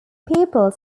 people